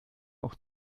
auch